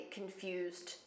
confused